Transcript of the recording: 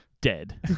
dead